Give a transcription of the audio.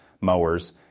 mowers